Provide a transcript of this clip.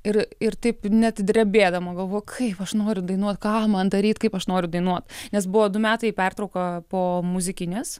ir ir taip net drebėdama galvojau kaip aš noriu dainuot ką man daryt kaip aš noriu dainuot nes buvo du metai pertrauka po muzikinės